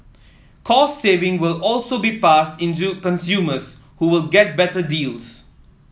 cost saving will also be passed into consumers who will get better deals